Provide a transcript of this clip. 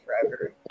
forever